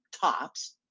tops